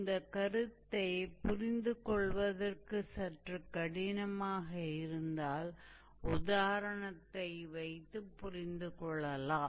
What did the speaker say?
இந்தக் கருத்தைப் புரிந்து கொள்வதற்கு சற்றுக் கடினமாக இருந்தால் உதாரணத்தை வைத்து புரிந்துகொள்ளலாம்